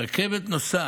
הרכבת נוסעת,